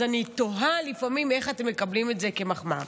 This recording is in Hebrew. אז אני תוהה לפעמים איך אתם מקבלים את זה כמחמאה.